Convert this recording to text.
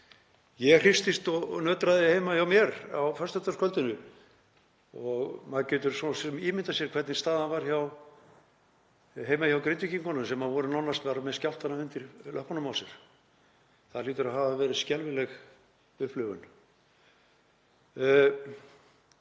Ég hristist og nötraði heima hjá mér á föstudagskvöld og maður getur svo sem ímyndað sér hvernig staðan var heima hjá Grindvíkingum sem voru nánast með skjálftana undir löppunum á sér. Það hlýtur að hafa verið skelfileg upplifun.